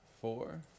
four